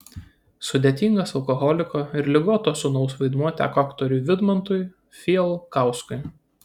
sudėtingas alkoholiko ir ligoto sūnaus vaidmuo teko aktoriui vidmantui fijalkauskui